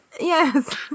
Yes